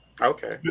Okay